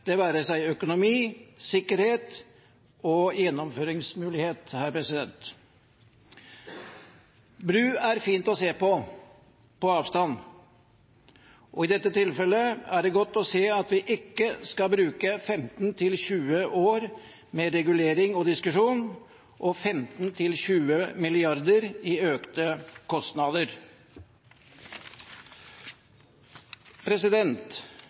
det være seg økonomi, sikkerhet eller gjennomføringsmulighet. Bru er fint å se på – på avstand – og i dette tilfellet er det godt å se at vi ikke skal bruke 15–20 år med regulering og diskusjon og 15–20 mrd. kr i økte